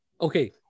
okay